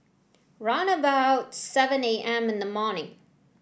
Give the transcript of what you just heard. round about seven A M in the morning